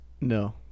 No